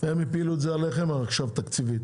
הפילו את זה עליכם מבחינה תקציבית,